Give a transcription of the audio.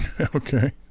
Okay